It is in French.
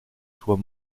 soit